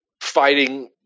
fighting